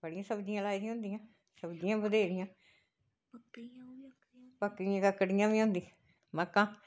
बड़ियां सब्ज़ियां लाई दियां होंदियां सब्ज़ियां बत्थेरियां पक्की दियां ककड़ियां बी होंदियां मक्कां